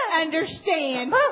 understand